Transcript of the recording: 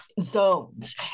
zones